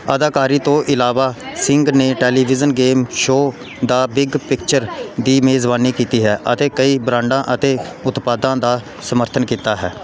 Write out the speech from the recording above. ਅਦਾਕਾਰੀ ਤੋਂ ਇਲਾਵਾ ਸਿੰਘ ਨੇ television game show the big picture ਦੀ ਮੇਜ਼ਬਾਨੀ ਕੀਤੀ ਹੈ ਅਤੇ ਕਈ ਬ੍ਰਾਂਡਾਂ ਅਤੇ ਉਤਪਾਦਾਂ ਦਾ ਸਮਰਥਨ ਕੀਤਾ ਹੈ